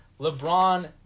LeBron